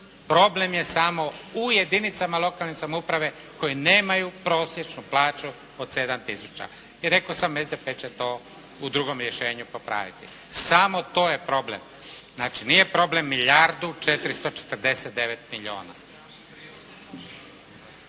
Problem je samo u jedinicama lokalne samouprave koji nemaju prosječnu plaću od 7 tisuća. I rekao sam, SDP će to u drugom rješenju popraviti. Samo to je problem. Znači nije problem milijardu 449 milijuna.